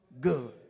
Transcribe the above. good